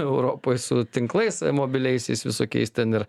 europoj su tinklais mobiliaisiais visokiais ten ir